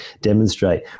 demonstrate